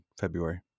February